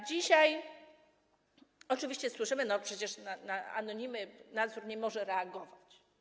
Dzisiaj oczywiście słyszymy: przecież na anonimy nadzór nie może reagować.